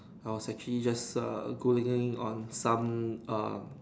I was actually just err Googling on some um